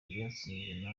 byatsinzwe